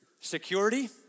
Security